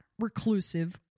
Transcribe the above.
reclusive